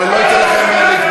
אבל אני לא אתן לכם להתבטא.